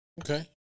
Okay